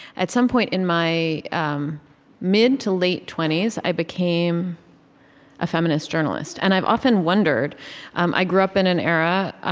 at some point in my um mid to late twenty s, i became a feminist journalist. and i've often wondered um i grew up in an era